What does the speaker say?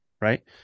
right